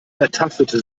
ertastete